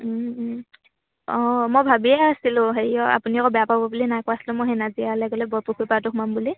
অঁ মই ভাবিয়ে আছিলোঁ হেৰি আপুনি আকৌ বেয়া পাব বুলিহে নাইকোৱা আচলতে মই সেই নাজিৰালৈ গ'লে বৰপুখুৰী পাৰতো সোমাম বুলি